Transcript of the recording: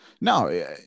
No